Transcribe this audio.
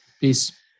Peace